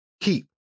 keep